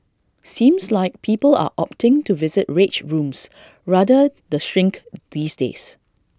seems like people are opting to visit rage rooms rather the shrink these days